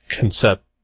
concept